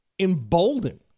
emboldened